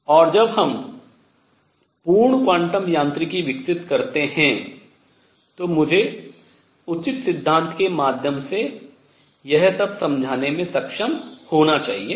और जब हम पूर्ण क्वांटम यांत्रिकी विकसित करते हैं तो मुझे उचित सिद्धांत के माध्यम से यह सब समझाने में सक्षम होना चाहिए